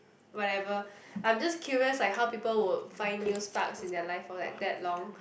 whatever I'm just curious like how people would find new sparks in their life for like that long